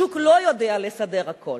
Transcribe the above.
השוק לא יודע לסדר הכול.